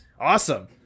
awesome